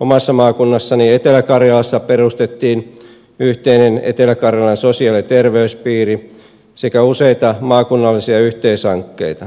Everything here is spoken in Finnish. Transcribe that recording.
omassa maakunnassani etelä karjalassa perustettiin yhteinen etelä karjalan sosiaali ja terveyspiiri sekä useita maakunnallisia yhteishankkeita